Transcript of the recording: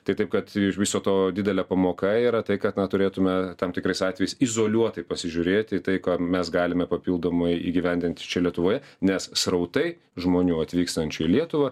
tai taip kad iš viso to didelė pamoka yra tai kad na turėtume tam tikrais atvejais izoliuotai pasižiūrėti į tai ką mes galime papildomai įgyvendinti čia lietuvoje nes srautai žmonių atvykstančių į lietuvą